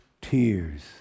Tears